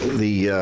the.